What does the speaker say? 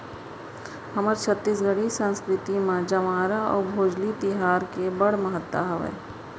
हमर छत्तीसगढ़ी संस्कृति म जंवारा अउ भोजली तिहार के बड़ महत्ता हावय